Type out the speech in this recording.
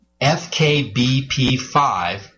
FKBP5